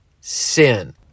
sin